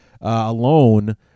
alone